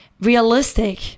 realistic